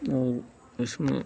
और इसमें